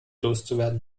loszuwerden